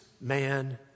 man